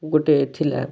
ଗୋଟେ ଥିଲା